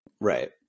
right